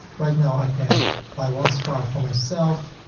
right now i can buy one scarf for myself,